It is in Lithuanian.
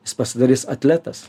jis pasidarys atletas